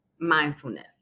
mindfulness